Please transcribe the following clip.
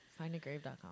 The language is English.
findagrave.com